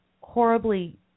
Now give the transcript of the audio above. horribly